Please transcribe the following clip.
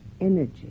energy